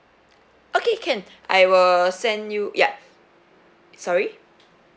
okay can I will send you yup sorry